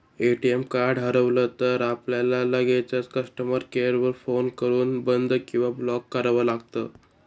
ATM card हरवलं तर, आपल्याला लगेचच कस्टमर केअर वर फोन करून बंद किंवा ब्लॉक करावं लागतं